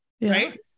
right